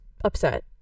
upset